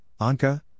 Anka